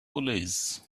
pulleys